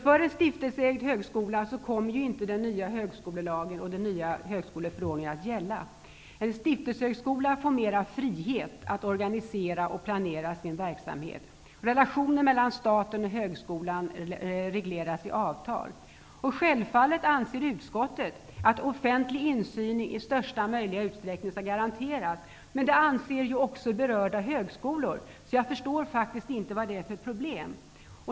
För en stiftelseägd högskola kommer inte den nya högskolelagen och den nya högskoleförordningen att gälla. En stiftelsehögskola får mer frihet att organisera och planera sin verksamhet. Relationen mellan staten och högskolan regleras i avtal. Självfallet anser utskottet att offentlig insyn i största möjliga utsträckning skall garanteras. Men detta anser ju också berörda högskolor. Jag förstår faktiskt inte vad det är för problem.